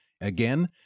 Again